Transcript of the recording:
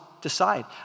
decide